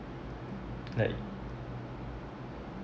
like